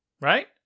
Right